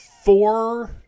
Four